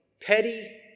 petty